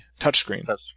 touchscreen